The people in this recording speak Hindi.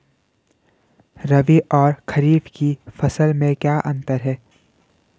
रबी और खरीफ की फसल में क्या अंतर है?